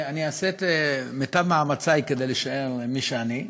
אני אעשה את מיטב מאמצי כדי להישאר מי שאני,